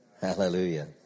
Hallelujah